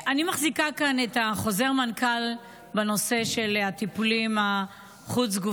אני מחזיקה כאן את חוזר המנכ"ל בנושא של הטיפולים החוץ-גופיים,